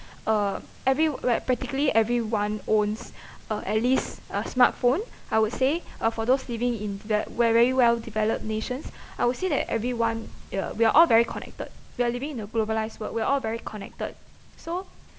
uh every like practically everyone owns uh at least a smart phone I would say uh for those living in developed very well developed nations I would say that everyone uh we are all very connected we are living in a globalised world we're all very connected so